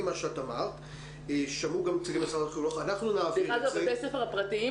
דרך אגב, בתי הספר הפרטיים